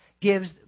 gives